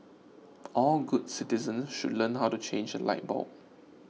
all good citizens should learn how to change a light bulb